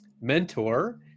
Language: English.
mentor